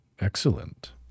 excellent